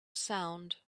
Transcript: sound